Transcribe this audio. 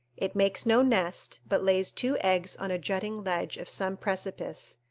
it makes no nest, but lays two eggs on a jutting ledge of some precipice,